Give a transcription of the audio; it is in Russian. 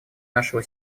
нашего